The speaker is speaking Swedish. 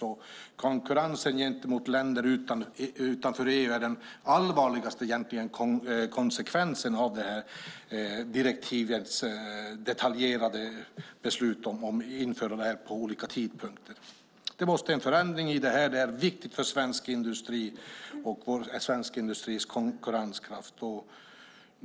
Hårdnad konkurrens gentemot länder utanför EU är den allvarligaste konsekvensen av direktivets bestämmelser om att det ska införas på olika tidpunkter. Det måste till en förändring i det. Det är viktigt för svensk industri, viktigt för svensk industris konkurrenskraft.